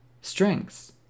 Strengths